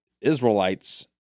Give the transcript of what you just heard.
Israelites